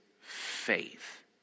faith